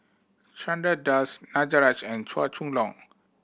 Chandra Das Danaraj and Chua Chong Long